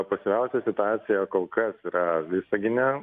pasyviausia situacija kol kas yra visagine